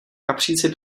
kapříci